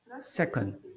Second